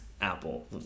Apple